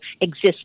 exists